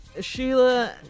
Sheila